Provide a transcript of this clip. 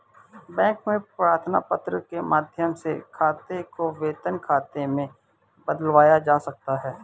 bank में प्रार्थना पत्र के माध्यम से खाते को वेतन खाते में बदलवाया जा सकता है